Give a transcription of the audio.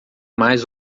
mais